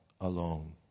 alone